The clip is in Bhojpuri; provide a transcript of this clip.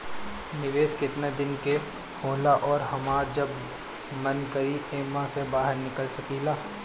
निवेस केतना दिन के होला अउर हमार जब मन करि एमे से बहार निकल सकिला?